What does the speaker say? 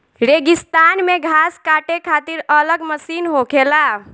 रेगिस्तान मे घास काटे खातिर अलग मशीन होखेला